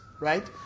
right